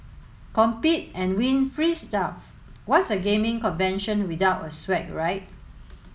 compete and win free stuff what's a gaming convention without swag right